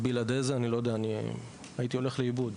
בלעדי זה הייתי הולך לאיבוד.